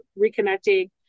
reconnecting